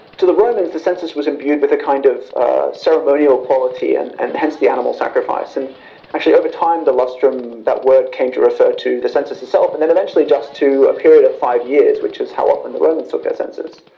to the romans the census was imbued with a kind of ceremonial quality and and hence the animal sacrifice, and actually over time the lustrum the word came to refer to the census itself and then eventually just to a period of five years which is how often the romans took their censuses.